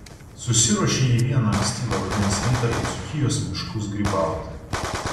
susiruošė ji vieną ankstyvą rudens rytą į dzūkijos miškus grybauti